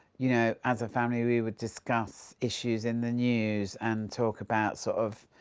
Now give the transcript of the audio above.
you know, as a family we would discuss issues in the news and talk about, sort of,